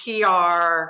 PR